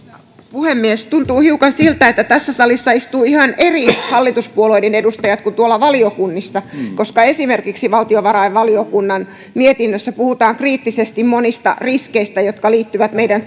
puhemies tuntuu hiukan siltä että tässä salissa istuu ihan eri hallituspuolueiden edustajat kuin tuolla valiokunnissa koska esimerkiksi valtiovarainvaliokunnan mietinnössä puhutaan kriittisesti monista riskeistä jotka liittyvät meidän